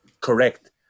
correct